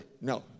No